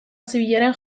zibilaren